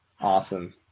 Awesome